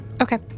Okay